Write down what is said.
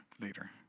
later